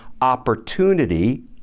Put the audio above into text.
opportunity